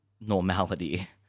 normality